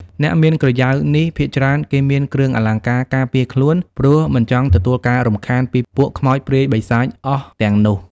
អ្នកមានក្រយ៉ៅនេះភាគច្រើនគេមានគ្រឿងអលង្ការការពារខ្លួនព្រោះមិនចង់ទទួលការរំខានពីពួកខ្មោចព្រាយបិសាចអស់ទាំងនោះ